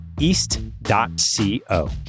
East.co